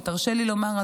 ותרשה לי לומר,